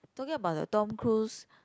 talking about the Tom Cruise